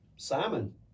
Simon